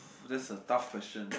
that's a tough question